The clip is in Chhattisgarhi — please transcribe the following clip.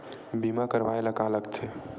बीमा करवाय ला का का लगथे?